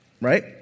Right